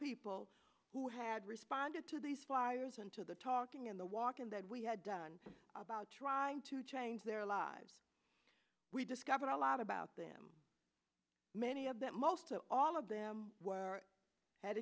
people who had responded to these fires and to the talking in the walk in that we had done about trying to change their lives we discovered a lot about them many of them most all of them were had